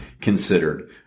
considered